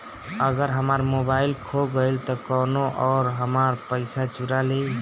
अगर हमार मोबइल खो गईल तो कौनो और हमार पइसा चुरा लेइ?